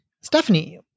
Stephanie